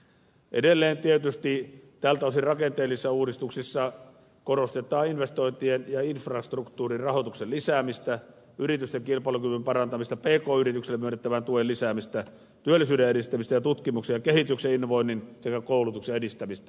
edelleen tietysti tältä osin rakenteellisissa uudistuksissa korostetaan investointien ja infrastruktuurin rahoituksen lisäämistä yritysten kilpailukyvyn parantamista pk yrityksille myönnettävän tuen lisäämistä työllisyyden edistämistä ja tutkimuksen ja kehityksen innovoinnin sekä koulutuksen edistämistä